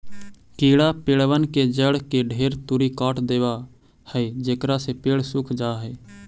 कीड़ा पेड़बन के जड़ के ढेर तुरी काट देबा हई जेकरा से पेड़ सूख जा हई